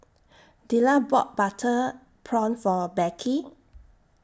Della bought Butter Prawn For Beckie